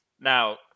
Now